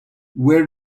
where